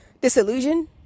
Disillusion